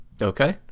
okay